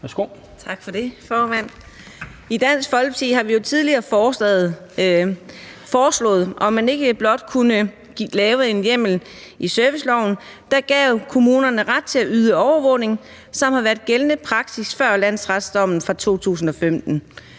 (DF): Tak for det, formand. I Dansk Folkeparti har vi tidligere foreslået, om ikke blot man kunne lave en hjemmel i serviceloven, der gav kommunerne ret til at yde overvågning, som har været gældende praksis før landsretsdommen fra 2015,